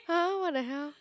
!huh! what the hell